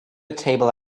table